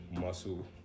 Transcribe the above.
muscle